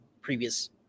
previous